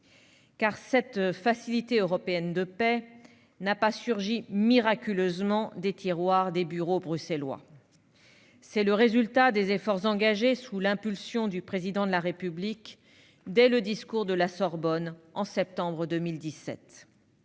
cette Facilité européenne de paix n'a pas surgi miraculeusement des tiroirs des bureaux bruxellois : c'est le résultat des efforts engagés sous l'impulsion du Président de la République dès le discours de la Sorbonne, en septembre 2017.